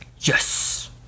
Yes